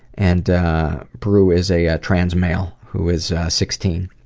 and brew is a ah transmale who is sixteen,